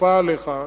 כפה עליך.